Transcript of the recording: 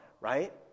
right